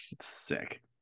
sick